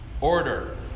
order